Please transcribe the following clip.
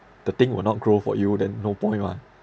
the thing will not grow for you then no point mah